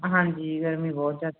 ਹਾਂਜੀ ਗਰਮੀ ਬਹੁਤ ਜ਼ਿਆਦਾ